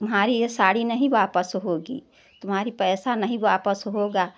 तुम्हारी यह साड़ी नहीं वापस होगी तुम्हारी पैसा नहीं वापस होगा